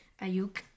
Ayuk